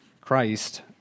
Christ